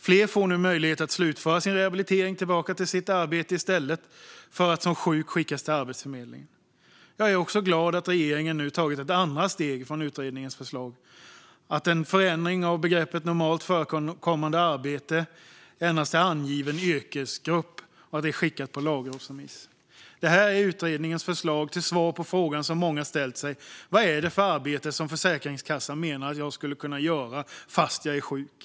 Fler får nu möjlighet att slutföra sin rehabilitering och gå tillbaka till sitt arbete i stället för att som sjuk skickas till Arbetsförmedlingen. Jag är också glad att regeringen nu tagit ett andra steg utifrån utredningens förslag och att en förändring av begreppet "normalt förekommande arbete" till "angiven yrkesgrupp" har skickats på lagrådsremiss. Det här är utredningens förslag till svar på frågan som många ställt sig: Vad är det för arbete som Försäkringskassan menar att jag skulle kunna göra fast jag är sjuk?